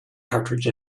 cartridge